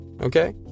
okay